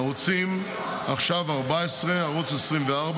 ערוצים עכשיו 14 וערוץ I24,